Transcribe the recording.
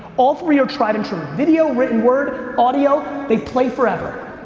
all three are tried-and-true. video, written word, audio, they play forever.